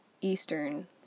eastern